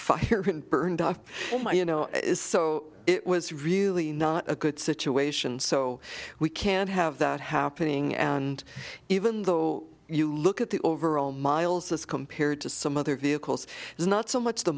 fire burned off you know it is so it was really not a good situation so we can't have that happening and even though you look at the overall miles as compared to some other vehicles it's not so much the